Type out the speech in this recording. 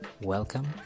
welcome